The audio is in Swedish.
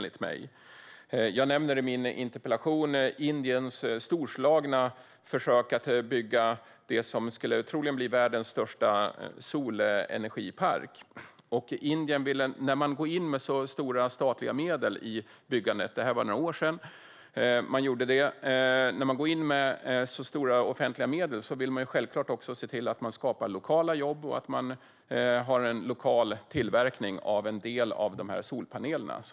I min interpellation nämner jag Indiens storslagna försök att bygga det som troligen skulle ha blivit världens största solenergipark. Detta var några år sedan. När man går in med stora offentliga medel vill man självklart också se till att man skapar lokala jobb och att det är en lokal tillverkning av en del av solpanelerna.